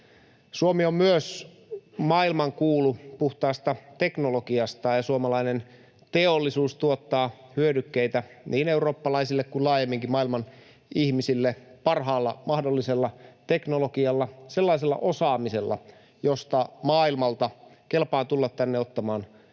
Suomi on myös maailmankuulu puhtaasta teknologiasta, ja suomalainen teollisuus tuottaa hyödykkeitä niin eurooppalaisille kuin maailman ihmisille laajemminkin parhaalla mahdollisella teknologialla, sellaisella osaamisella, josta maailmalta kelpaa tulla tänne ottamaan mallia.